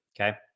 Okay